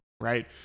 right